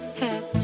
head